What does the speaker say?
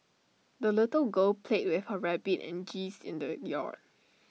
the little girl played with her rabbit and geese in the yard